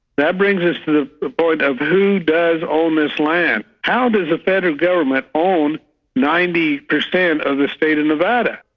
that brings us to the point of who does own this land? how does the federal government own ninety percent of the state of and nevada?